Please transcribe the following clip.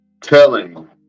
telling